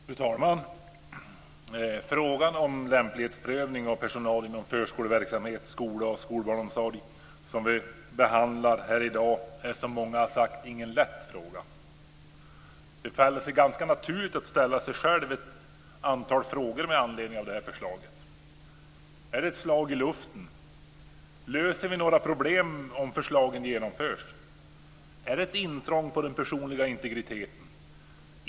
Fru talman! Frågan om lämplighetsprövning av personal inom förskoleverksamhet, skola och skolbarnsomsorg, som vi behandlar i dag, är som många har sagt ingen lätt fråga. Det känns ganska naturligt att ställa sig själv ett antal frågor med anledning av det här förslaget: - Är det ett slag i luften? - Löser vi några problem om förslaget genomförs? - Är det ett intrång i den personliga integriteten?